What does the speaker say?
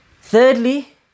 Thirdly